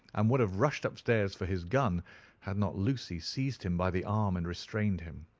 and would have rushed upstairs for his gun had not lucy seized him by the arm and restrained him.